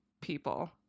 people